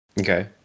Okay